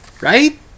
Right